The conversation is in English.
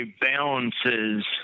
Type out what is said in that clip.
balances